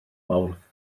mawrth